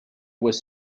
was